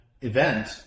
event